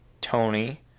Tony